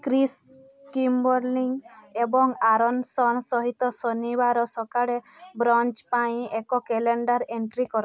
Chris Kimberling ଏବଂ Aaronson ସହିତ ଶନିବାର ସକାଳେ ବ୍ରଞ୍ଚ୍ ପାଇଁ ଏକ କ୍ୟାଲେଣ୍ଡର୍ ଏଣ୍ଟ୍ରି କର